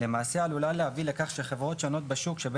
למעשה עלולה לכך שחברות שונות בשוק שעוסקות,